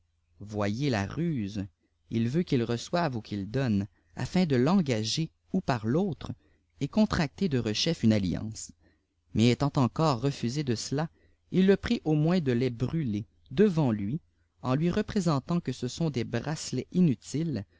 voyiez la ruse il veut qu'il reçoive ou qu'il donne afin de l'engager ou par l'autre et contracter derechef une alliance mais étent encore refisse de cela il le prie au moins de les brûler devant lui en lui représentant que ce sont des bracelets inutiles